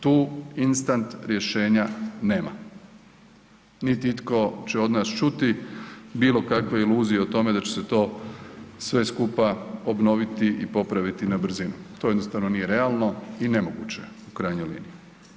Tu instant rješenja nema, niti itko će od nas čuti bilo kakve iluzije o tome da će se to sve skupa obnoviti i popraviti na brzinu, to jednostavno nije realno i nemoguće je u krajnjoj liniji.